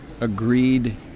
agreed